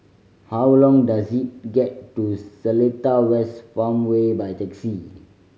how long does it get to Seletar West Farmway by taxi